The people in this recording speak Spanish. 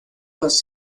los